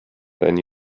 then